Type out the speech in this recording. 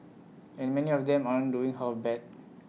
and many of them aren't doing half bad